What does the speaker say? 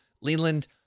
Leland